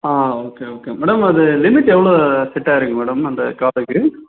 ஆ ஆ okay okay madam அது limit எவ்வளோ செட்டாகியிருக்கு மேடம் அந்த கார்டுக்கு